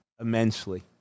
immensely